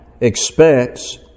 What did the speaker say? expects